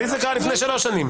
לי זה קרה לפני שלוש שנים.